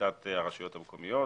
הרשויות המקומיות,